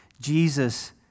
Jesus